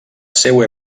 seua